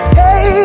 hey